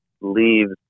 leaves